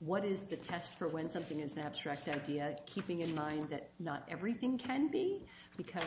what is the test for when something is not tracked and keeping in mind that not everything can be because